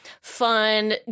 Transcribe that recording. fun